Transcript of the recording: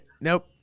nope